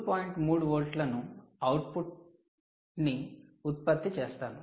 3 వోల్ట్ల అవుట్పుట్ ని ఉత్పత్తి చేస్తాను